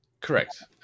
Correct